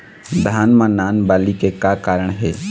धान म नान बाली के का कारण हे?